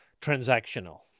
transactional